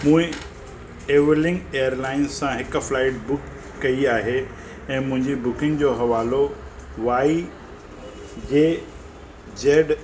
मूं Everlink airlines सां हिकु फ्लाइट बुक कई आहे ऐं मुंहिंजे बुकिंग जो हवालो वाई जे जैड